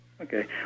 Okay